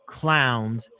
clowns